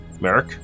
Merrick